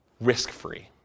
risk-free